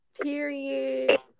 Period